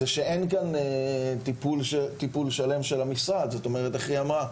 זה שאין כאן טיפול שלם של המשרד, איך היא אמרה?